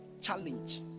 challenge